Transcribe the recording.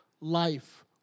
life